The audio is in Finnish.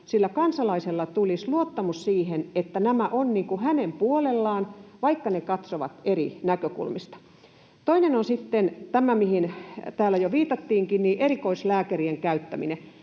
että kansalaisella tulisi luottamus siihen, että he ovat hänen puolellaan, vaikka he katsovat eri näkökulmista. Toinen on sitten tämä, mihin täällä jo viitattiinkin, eli erikoislääkärien käyttäminen.